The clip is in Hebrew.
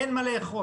אין מה לאכול,